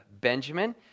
Benjamin